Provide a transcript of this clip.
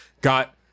got